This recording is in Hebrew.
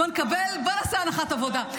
בוא נקבל, בוא נעשה הנחת עבודה.